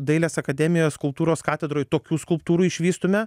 dailės akademijos skulptūros katedroj tokių skulptūrų išvystume